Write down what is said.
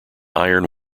iron